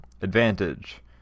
Advantage